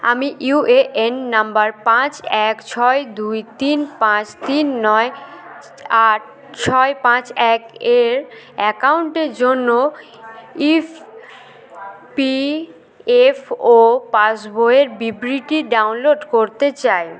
আমি U A N number পাঁচ এক ছয় দুই তিন পাঁচ তিন নয় আট ছয় পাঁচ এক এর অ্যাকাউন্টের জন্য ইপিএফও পাসবইয়ের বিবৃতি ডাউনলোড করতে চাই